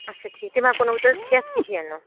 اچھا ٹھیٖک تِم ہٮ۪کو نہٕ وٕ تیٚلہِ کھٮ۪تھ کہیٖنۍ نہٕ